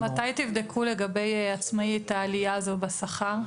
מתי תבדקו לגבי עצמאי את העלייה הזו בשכר?